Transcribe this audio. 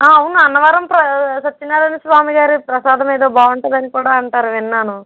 అవును అన్నవరం ప్ర సత్యనారాయణ స్వామి గారి ప్రసాదం ఏదో బాగుంటుందని కూడా అంటారు విన్నాను